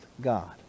God